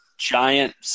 giant